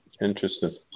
Interesting